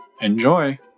Enjoy